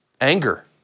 anger